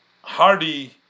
hardy